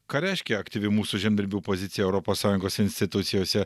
ką reiškia aktyvi mūsų žemdirbių pozicija europos sąjungos institucijose